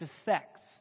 effects